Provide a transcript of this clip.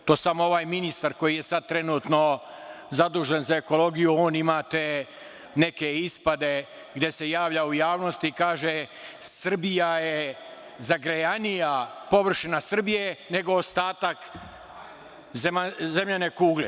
To samo ovaj ministar koji je sad trenutno zadužen za ekologiju, on ima te neke ispade, gde se pojavljuje u javnosti i kaže - Srbija je zagrejanija, površina Srbije, nego ostatak zemljane kugle.